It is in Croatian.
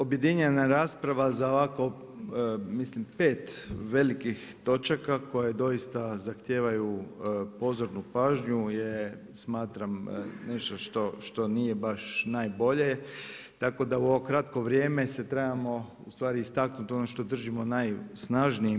Objedinjena rasprava za ovako, mislim 5 velikih točaka, koje doista zahtijevaju pozornu pažnju, je smatram nešto što nije baš najbolje, tako da u ovo kratko vrijeme se trebamo ustvari istaknuti ono što držimo najsnažnijim.